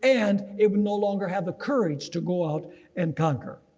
and it will no longer have the courage to go out and conquer.